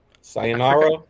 Sayonara